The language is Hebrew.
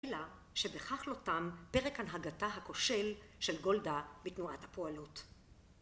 אלא שבכך לא תם פרק הנהגתה הכושל של גולדה בתנועת הפועלות